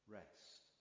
rest